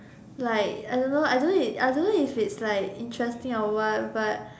like I don't know I don't I don't know if it's like interesting or what but